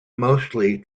mostly